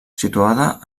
situada